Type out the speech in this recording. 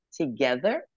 together